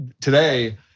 today